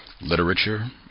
literature